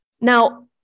Now